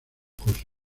lujoso